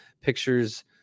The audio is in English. pictures